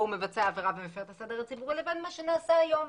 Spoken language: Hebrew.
הוא מבצע עבירה במסגרת הסדר הציבורי לבין מה שנעשה היום.